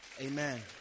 Amen